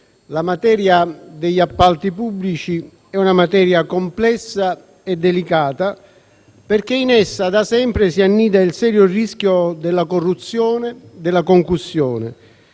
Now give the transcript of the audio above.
quella degli appalti pubblici è una materia complessa e delicata, perché in essa da sempre si annida il serio rischio della corruzione e della concussione